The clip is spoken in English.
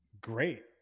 great